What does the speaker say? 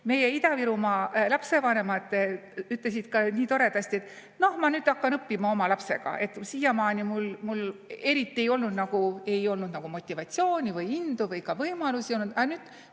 Meie Ida-Virumaa lapsevanemad ütlesid nii toredasti, et noh, ma nüüd hakkan õppima oma lapsega. Siiamaani mul eriti ei olnud nagu motivatsiooni või indu või ka võimalusi. Aga nüüd